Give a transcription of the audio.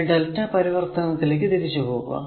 ഈ Δ പരിവർത്തനത്തിലേക്കു തിരിച്ചു പോകുക